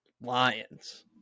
Lions